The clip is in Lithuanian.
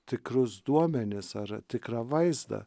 tikrus duomenis ar tikrą vaizdą